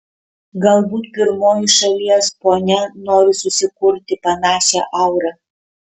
galbūt pirmoji šalies ponia nori susikurti panašią aurą